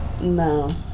No